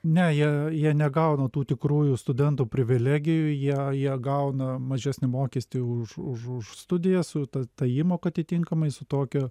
ne jie jie negauna tų tikrųjų studentų privilegijų jie jie gauna mažesnį mokestį už už už studijas ta ta įmoka atitinkamai su tokia